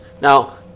Now